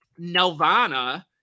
Nelvana